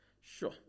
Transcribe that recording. Sure